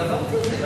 אני עברתי על זה,